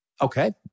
Okay